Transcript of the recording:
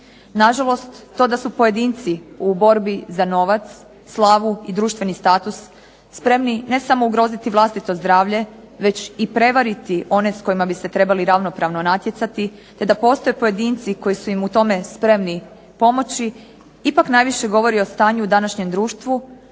Na žalost to da su pojedinci u borbi za novac, slavu i društveni status spremni ne samo ugroziti vlastito zdravlje već i prevariti one s kojima bi se trebali ravnopravno natjecati, te da postoje pojedinci koji su im u tome spremni pomoći ipak najviše govori o stanju u današnjem društvu